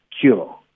cure